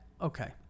okay